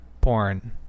porn